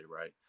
right